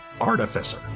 Artificer